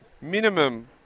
Minimum